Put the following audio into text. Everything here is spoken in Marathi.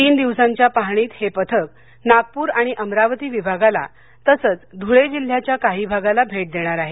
तीन दिवसाच्या पाहणीत हे पथक नागपूर आणि अमरावती विभागाला तसच धुळे जिल्ह्याच्या काही भागाला भेट देणार आहे